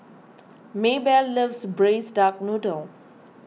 Maybelle loves Braised Duck Noodle